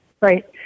right